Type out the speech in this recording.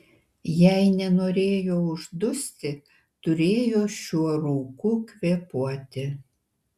jei nenorėjo uždusti turėjo šiuo rūku kvėpuoti